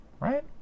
right